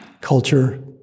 culture